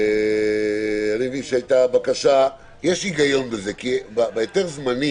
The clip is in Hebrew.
יש בזה היגיון, כי ההיתר הזמני